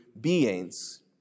beings